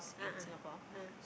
a'ah ah